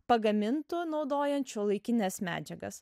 pagamintų naudojant šiuolaikines medžiagas